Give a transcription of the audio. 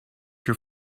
your